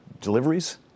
deliveries